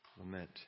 lament